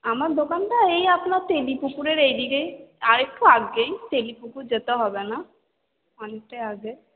আমার দোকানটা এই আপনার তেলিপুকুরের এই দিকেই আর একটু আগেই তেলিপুকুর যেতে হবে না অনেকটাই আগে